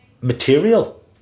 material